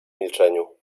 milczeniu